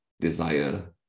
desire